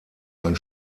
ein